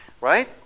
Right